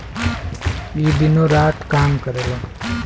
ई दिनो रात काम करेला